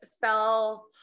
fell